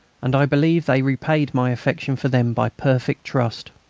and i believe they repaid my affection for them by perfect trust.